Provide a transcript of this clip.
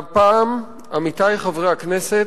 והפעם, עמיתי חברי הכנסת,